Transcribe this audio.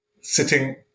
sitting